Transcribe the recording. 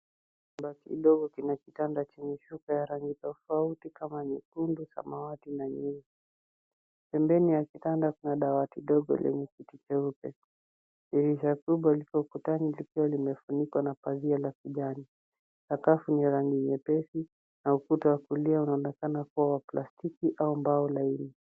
Chumba kidogo kina kitanda chenye shuka ya rangi tofauti kama nyekundu, samawati na nyeusi. Pembeni ya kitanda kuna dawati dogo lenye kiti cheupe. Dirisha kubwa liko ukutani likiwa limefunikwa na pazia la kijani. Sakafu ni ya rangi nyepesi na ukuta wa kulia unaonekana kuwa wa plastiki au mbao laini.